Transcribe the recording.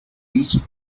reached